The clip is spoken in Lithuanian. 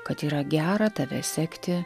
kad yra gera tave sekti